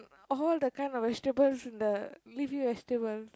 all the kind of vegetables in the leafy vegetable